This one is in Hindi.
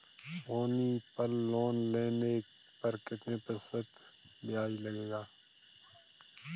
सोनी पल लोन लेने पर कितने प्रतिशत ब्याज लगेगा?